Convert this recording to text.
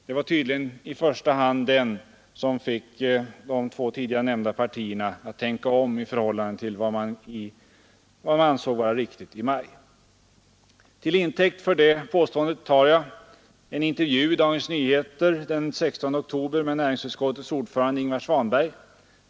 Det var tydligen i första hand den som fick de två tidigare nämnda partierna att tänka om i förhållande till vad de ansåg vara riktigt i maj. Till intäkt för det påståendet tar jag en intervju i Dagens Nyheter den 16 oktober med näringsutskottets ordförande Ingvar Svanberg.